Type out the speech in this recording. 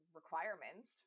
requirements